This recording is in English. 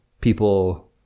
people